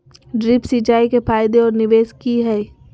Drip सिंचाई के फायदे और निवेस कि हैय?